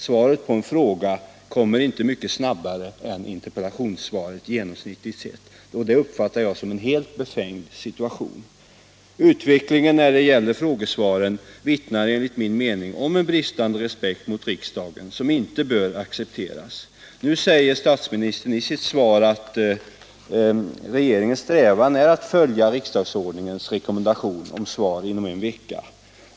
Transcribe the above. Svaret på en fråga kommer genomsnittligt sett inte mycket snabbare än ett interpellationssvar. Detta uppfattar jag som en helt befängd situation. Utvecklingen när det gäller frågesvaren vittnar, enligt min mening, om en brist på respekt för riksdagen som inte bör accepteras. Nu säger statsministern i sitt svar att regeringens strävan är att följa riksdagsordningens rekommendation om svar inom en vecka.